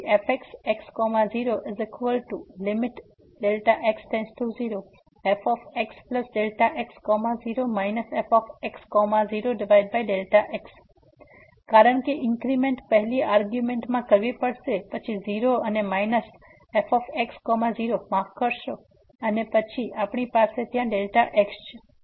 તેથી fxx0Δx→0fxx0 fx0x કારણ કે ઇન્ક્રીમેન્ટ પહેલી આર્ગ્યુંમેન્ટમાં કરવી પડશે પછી 0 અને માઈનસ fx 0 માફ કરશો અને પછી આપણી પાસે ત્યાં Δx છે